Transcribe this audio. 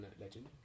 legend